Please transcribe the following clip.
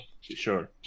Sure